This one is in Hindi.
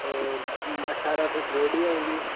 और अट्ठारह फिट रोडी आयेगी